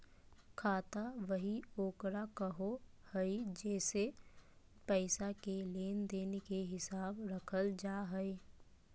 खाता बही ओकरा कहो हइ जेसे पैसा के लेन देन के हिसाब रखल जा हइ